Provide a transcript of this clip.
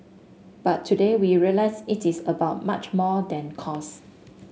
but today we realise it is about much more than cost